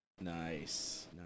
Nice